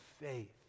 faith